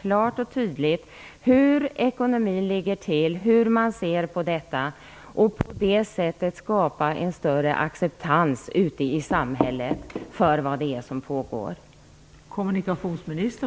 klart och tydligt redovisa hur ekonomin ligger till, hur man ser på detta, och på det sättet skapa en större acceptans ute i samhället för vad som pågår.